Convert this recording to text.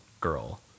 girl